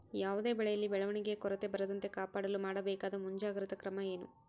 ಯಾವುದೇ ಬೆಳೆಯಲ್ಲಿ ಬೆಳವಣಿಗೆಯ ಕೊರತೆ ಬರದಂತೆ ಕಾಪಾಡಲು ಮಾಡಬೇಕಾದ ಮುಂಜಾಗ್ರತಾ ಕ್ರಮ ಏನು?